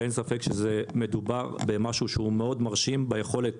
ואין ספק שמדובר במשהו שהוא מאוד מרשים ביכולת